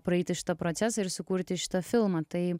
praeiti šitą procesą ir sukurti šitą filmą tai